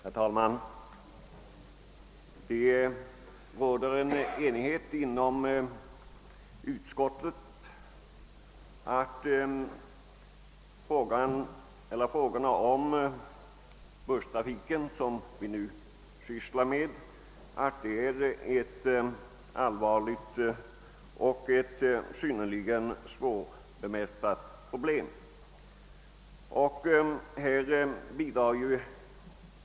Herr talman! Det råder enighet inom utskottet om att busstrafiken, som vi nu behandlar, utgör ett allvarligt och synnerligen svårbemästrat problem. Härtill bidrar bla.